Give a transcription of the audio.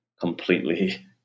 completely